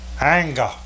Anger